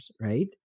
right